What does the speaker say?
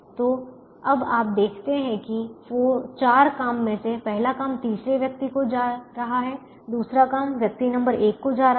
तो अब आप देखते हैं कि 4 काम में से पहला काम तीसरे व्यक्ति के पास जा रहा है दूसरा काम व्यक्ति नंबर 1 को जा रहा है